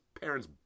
parents